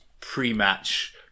pre-match